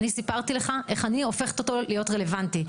אני סיפרתי לך איך אני הופכת אותו להיות רלווונטי.